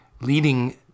leading